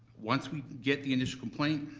once we get the initial complaint,